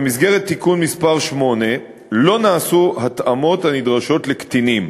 במסגרת תיקון מס' 8 לא נעשו ההתאמות הנדרשות לקטינים,